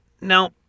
Now